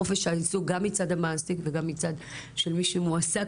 חופש העיסוק גם מצד המעסיק וגם מצד של מי שמועסק,